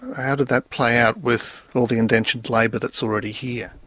how did that play out with all the indentured labour that's already here?